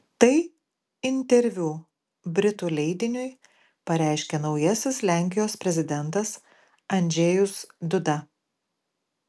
tai interviu britų leidiniui pareiškė naujasis lenkijos prezidentas andžejus duda